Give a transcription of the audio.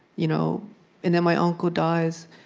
you know and then my uncle dies,